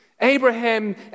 Abraham